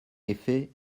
effet